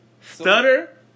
Stutter